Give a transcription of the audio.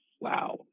Wow